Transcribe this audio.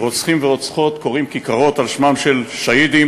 רוצחים ורוצחות, קוראים כיכרות על שמם של שהידים